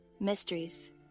Mysteries